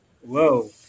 whoa